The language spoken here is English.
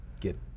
get